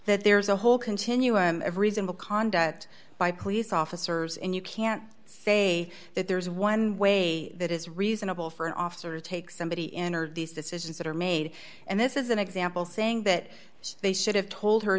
that there's a whole continuum of reasonable conduct by police officers and you can't say that there's one way that is reasonable for an officer to take somebody in or these decisions that are made and this is an example saying that they should have told her